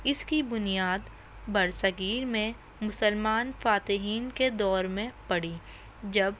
اس کی بنیاد برصغیر میں مسلمان فاتحین کے دور میں پڑی جب